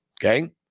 Okay